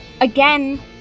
again